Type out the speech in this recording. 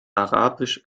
arabisch